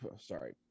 sorry